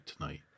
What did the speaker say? tonight